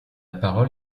parole